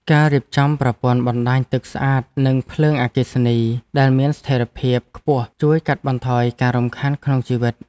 ការរៀបចំប្រព័ន្ធបណ្តាញទឹកស្អាតនិងភ្លើងអគ្គិសនីដែលមានស្ថិរភាពខ្ពស់ជួយកាត់បន្ថយការរំខានក្នុងជីវិត។